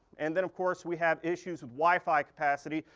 and then of course we have issues with wifi capacity.